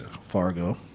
Fargo